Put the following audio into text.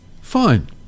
fine